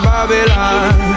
Babylon